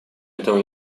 этого